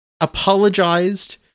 apologized